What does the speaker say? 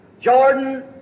Jordan